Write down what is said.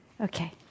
Okay